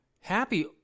happy